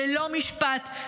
ללא משפט,